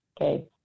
Okay